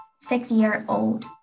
six-year-old